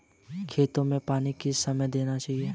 खेतों में पानी किस समय देना चाहिए?